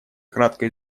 кратко